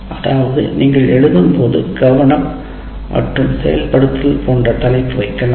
அதாவது நீங்கள் எழுதும் போது கவனம் மற்றும் செயல்படுத்தல் போன்ற தலைப்பு வைக்கலாம்